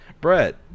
Brett